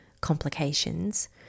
complications